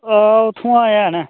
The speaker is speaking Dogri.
हां उत्थुं अजें ऐ न